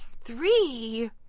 Three